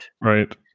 Right